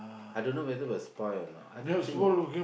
I don't know whether will spoil or not I don't think it will